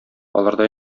аларда